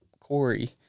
Corey